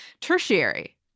tertiary